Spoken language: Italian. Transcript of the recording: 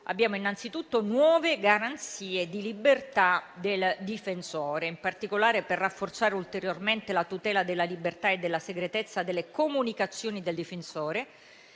penale, relativo alle garanzie di libertà del difensore. Al fine di rafforzare ulteriormente la tutela della libertà e della segretezza delle comunicazioni del difensore,